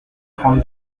trente